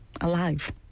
Alive